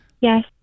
Yes